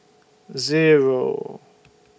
Zero